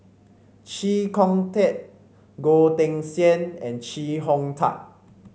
Chee Kong Tet Goh Teck Sian and Chee Hong Tat